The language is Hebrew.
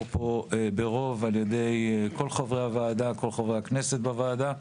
פה ברוב על ידי כל חברי הכנסת בוועדה,